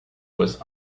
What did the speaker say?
was